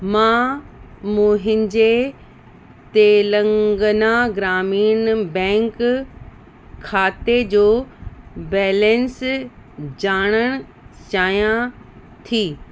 मां मुंहिंजे तेलंगना ग्रामीण बैंक खाते जो बैलेंस ॼाणणु चाहियां थी